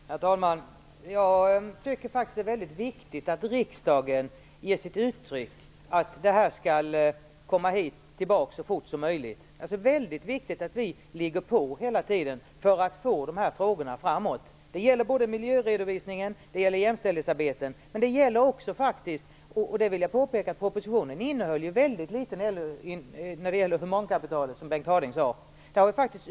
Herr talman! Jag tycker faktiskt att det är mycket viktigt att riksdagen ger uttryck för att det här skall komma tillbaka till oss så fort som vanligt. Det är alltså mycket viktigt att vi ligger på hela tiden för att föra de här frågorna framåt. Det gäller miljöredovisningen och jämställdhetsarbetet. Det gäller faktiskt också humankapitalet. Jag vill påpeka att propositionen innehöll väldigt litet när det gäller humankapitalet, vilket Bengt Harding Olson sade.